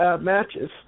matches